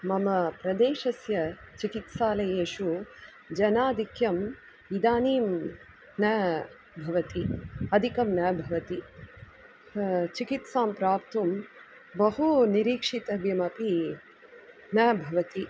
मम प्रदेशस्य चिकित्सालयेषु जनाधिक्यम् इदानीं न भवति अधिकं न भवति चिकित्सां प्राप्तुं बहू निरीक्षितव्यमपि न भवति